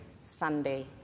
Sunday